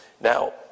Now